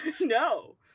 No